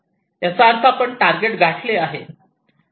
तर आपण टारगेट गाठले आहे